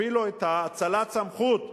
אפילו את האצלת הסמכות,